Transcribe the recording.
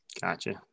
Gotcha